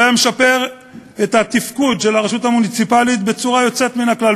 וזה היה משפר את התפקוד של הרשות המוניציפלית בצורה יוצאת מן הכלל,